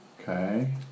Okay